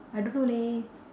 I don't know leh